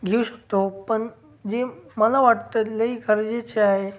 घेऊ शकतो पण जे मला वाटतं लई गरजेचे आहे